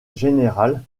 général